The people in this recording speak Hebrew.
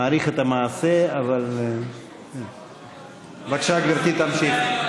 מעריך את המעשה, אבל בבקשה, גברתי, תמשיכי.